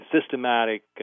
systematic